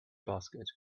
basket